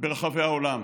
ברחבי העולם.